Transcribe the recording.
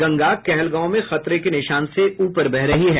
गंगा कहलगांव में खतरे के निशान से ऊपर बह रही है